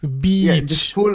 Beach